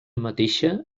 mateixa